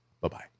bye-bye